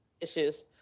issues